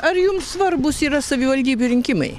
ar jums svarbūs yra savivaldybių rinkimai